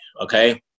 okay